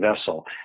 vessel